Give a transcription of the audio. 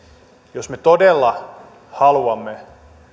jos me todella haluamme